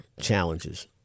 challenges